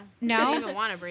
No